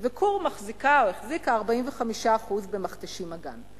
ו"כור" מחזיקה או החזיקה 45% ב"מכתשים אגן".